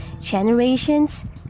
Generations